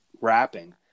wrapping